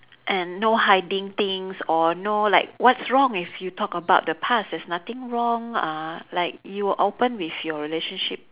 and no hiding things or no like what's wrong if you talk about the past there's nothing wrong uh like you open with your relationship